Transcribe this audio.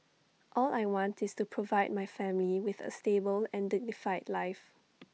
all I want is to provide my family with A stable and dignified life